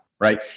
right